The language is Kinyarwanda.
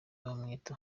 babwita